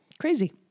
crazy